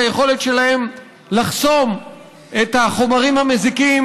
שהיכולת שלהן לחסום את החומרים המזיקים